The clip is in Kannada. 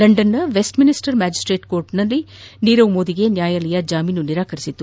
ಲಂಡನ್ವಿನ ವೆಸ್ಟ್ ಮಿನ್ಸ್ಸರ್ ಮ್ಯಾಜಿಸ್ಟ್ರೇಟ್ಸ್ ನ್ಯಾಯಾಲಯ ನೀರವ್ ಮೋದಿಗೆ ನ್ಯಾಯಾಲಯ ಜಾಮೀನು ನಿರಾಕರಿಸಿತ್ತು